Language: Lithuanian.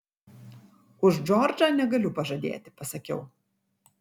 už džordžą negaliu pažadėti pasakiau